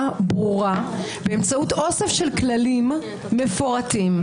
ברורה באמצעות אוסף של כללים מפורטים,